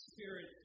Spirit